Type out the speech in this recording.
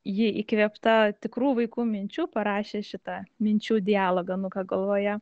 ji įkvėpta tikrų vaikų minčių parašė šitą minčių dialogą nuko galvoje